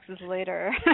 later